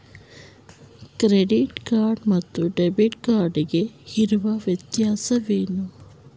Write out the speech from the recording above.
Credit card ಮತ್ತು debit card ಗೆ ಇರುವ ವ್ಯತ್ಯಾಸವೇನು?